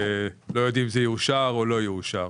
לא יודעים אם זה יאושר או לא יאושר.